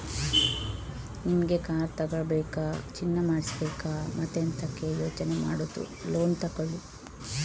ನಿಮಿಗೆ ಕಾರ್ ತಗೋಬೇಕಾ, ಚಿನ್ನ ಮಾಡಿಸ್ಬೇಕಾ ಮತ್ತೆಂತಕೆ ಯೋಚನೆ ಮಾಡುದು ಲೋನ್ ತಗೊಳ್ಳಿ